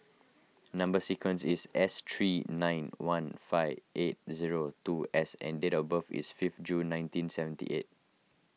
Number Sequence is S three nine one five eight zero two S and date of birth is fifth June nineteen seventy eight